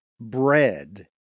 bread